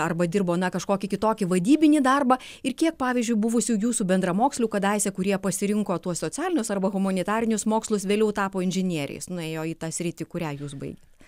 arba dirbo na kažkokį kitokį vadybinį darbą ir kiek pavyzdžiui buvusių jūsų bendramokslių kadaise kurie pasirinko tuos socialinius arba humanitarinius mokslus vėliau tapo inžinieriais nuėjo į tą sritį kurią jūs baigėt